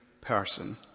person